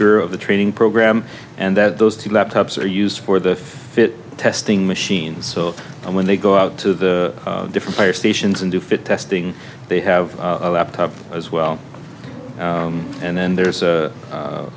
of the training program and that those two laptops are used for the fit testing machines so when they go out to the different fire stations and do fit testing they have a laptop as well and then there's a